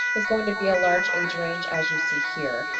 is going to be a large age range as you see here.